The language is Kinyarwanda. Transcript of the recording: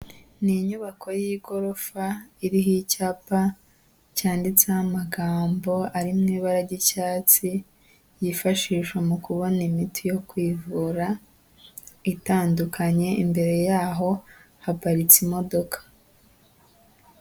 Ni inyubako y'igorofa, iriho icyapa cyanditseho amagambo ari mu ibara ry'icyatsi, yifashishwa mu kubona imiti yo kwivura itandukanye, imbere y'aho haparitse imodoka.